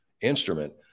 instrument